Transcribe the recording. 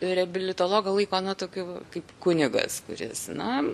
reabilitologą laiko na tokiu kaip kunigas kuris na